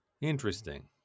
Interesting